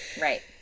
right